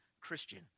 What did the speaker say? Christian